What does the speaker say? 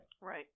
Right